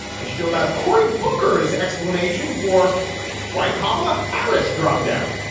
i shpiel about cory booker's explanation for why kamala harris dropped out.